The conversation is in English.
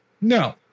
no